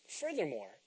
Furthermore